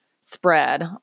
spread